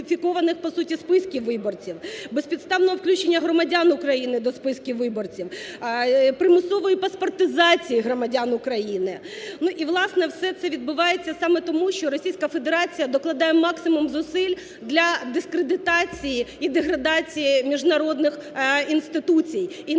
по суті списків виборців, безпідставного включення громадян України до списків виборців, примусової паспортизації громадян України. І, власне, все це відбувається саме тому, що Російська Федерація докладає максимум зусиль для дискредитації і деградації міжнародних інституцій і